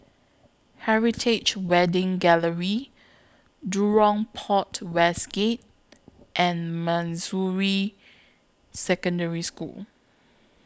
Heritage Wedding Gallery Jurong Port West Gate and Manjusri Secondary School